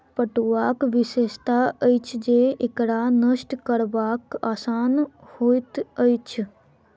पटुआक विशेषता अछि जे एकरा नष्ट करब आसान होइत अछि